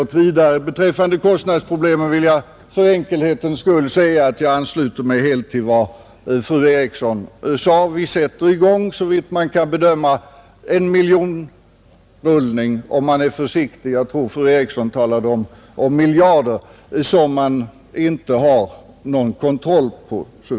Beträffande de sistnämnda vill jag för enkelhetens skull säga att jag helt ansluter mig till vad fru Eriksson i Stockholm sade. Såvitt jag kan bedöma sätter vi nu i gång en miljonrullning — om man uttrycker sig försiktigt; jag tror att fru Eriksson talade om miljarder — som man inte har någon kontroll på.